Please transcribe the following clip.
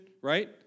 right